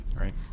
right